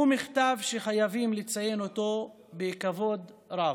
הוא מכתב שחייבים לציין אותו בכבוד רב.